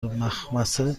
مخمصه